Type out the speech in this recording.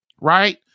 right